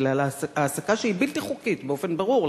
אלא על העסקה שהיא בלתי חוקית באופן ברור,